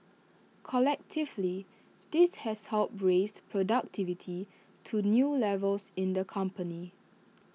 collectively this has helped raise productivity to new levels in the company